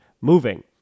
moving